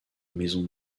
maison